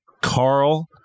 Carl